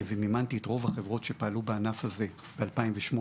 ומימנתי את רוב החברות שפעלו בענף הזה ב-2008,